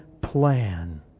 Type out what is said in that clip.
plan